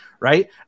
Right